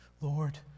Lord